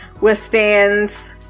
withstands